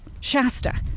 Shasta